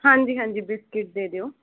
ਹਾਂਜੀ ਹਾਂਜੀ ਬਿਸਕਿਟ ਦੇ ਦਿਓ